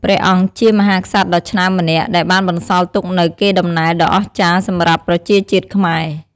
ព្រះអង្គជាមហាក្សត្រដ៏ឆ្នើមម្នាក់ ដែលបានបន្សល់ទុកនូវកេរដំណែលដ៏អស្ចារ្យសម្រាប់ប្រជាជាតិខ្មែរ។